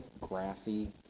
grassy